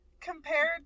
compared